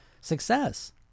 success